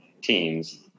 teams